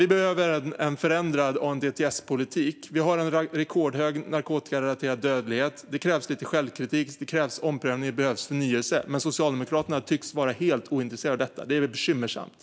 Vi behöver en förändrad ANDTS-politik. Vi har en rekordhög narkotikarelaterad dödlighet. Det krävs lite självkritik, det krävs omprövning och det behövs förnyelse. Men Socialdemokraterna tycks vara helt ointresserade av detta. Det är bekymmersamt.